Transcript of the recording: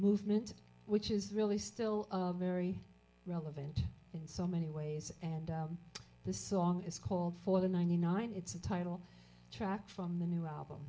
movement which is really still very relevant in so many ways and the song is called for the ninety nine it's a title track from the new album